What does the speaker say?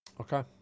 Okay